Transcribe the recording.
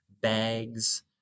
bags